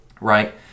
Right